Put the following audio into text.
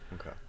Okay